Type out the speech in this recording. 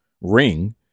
ring